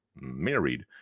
married